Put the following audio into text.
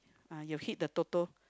uh you hit the Toto